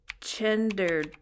gender